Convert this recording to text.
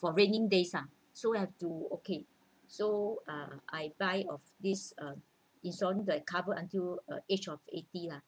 for rainy days ah so have to okay so uh I buy this uh insurance that covers until uh age of eighty lah